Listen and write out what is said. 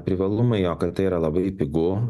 privalumai jo kad tai yra labai pigu